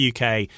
uk